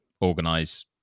organize